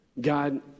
God